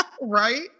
right